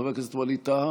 חבר הכנסת אבידר?